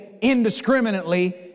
indiscriminately